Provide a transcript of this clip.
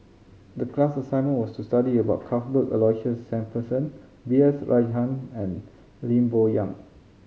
the class assignment was to study about Cuthbert Aloysius Shepherdson B S Rajhans and Lim Bo Yam